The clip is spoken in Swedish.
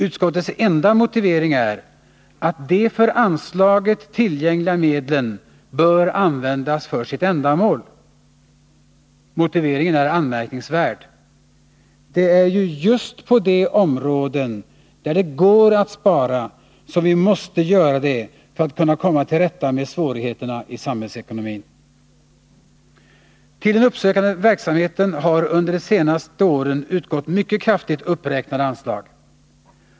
Utskottets enda motivering är att de för anslaget tillgängliga medlen bör användas för sitt ändamål. Motiveringen är anmärkningsvärd! Det är ju just på de områden, där det går att spara, som vi måste göra det för att kunna komma till rätta med svårigheterna i samhällsekonomin. Till den uppsökande verksamheten har under de senaste åren utgått mycket kraftigt uppräknade anslag.